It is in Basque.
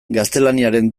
gaztelaniaren